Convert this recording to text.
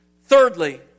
Thirdly